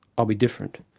i'll be different.